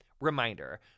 Reminder